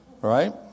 Right